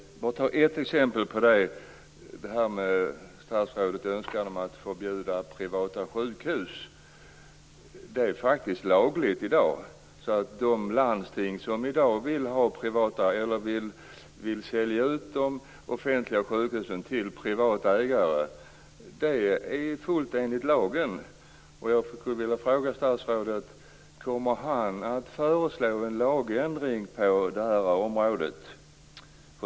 Jag skall ta bara ett exempel, och det är statsrådets önskan om att förbjuda privata sjukhus. Det är faktiskt lagligt i dag. Om landsting vill sälja ut de offentliga sjukhusen till privata ägare är detta helt enligt lagen. Jag skulle vilja fråga statsrådet: Kommer statsrådet att föreslå en lagändring på det här området?